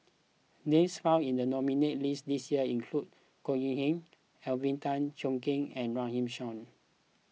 names found in the nominees' list this year include Goh Yihan Alvin Tan Cheong Kheng and Runme Shaw